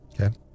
Okay